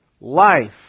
life